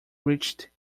reached